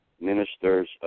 Minister's